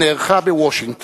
שנערכו בוושינגטון.